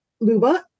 Luba